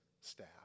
staff